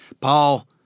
Paul